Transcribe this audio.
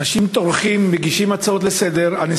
אנשים טורחים, מגישים הצעות לסדר-היום,